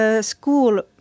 school